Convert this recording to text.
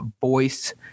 voice